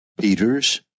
Peter's